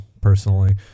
personally